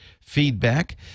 feedback